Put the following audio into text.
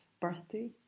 birthday